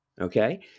Okay